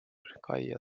kaia